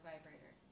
Vibrator